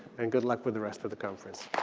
and good luck with the rest of the conference.